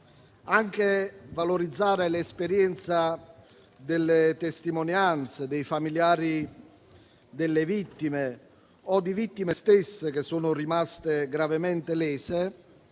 Anche valorizzare l'esperienza delle testimonianze dei familiari delle vittime, o di vittime stesse che sono rimaste gravemente lese,